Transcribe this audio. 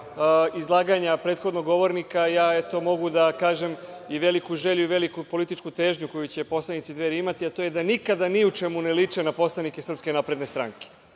izlaganja prethodnog govornika, ja eto mogu da kažem i veliku želju i veliku političku težnju koju će poslanici Dveri imati, a to je da nikada ni u čemu ne liče na poslanike SNS. Ja se zaista